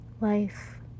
life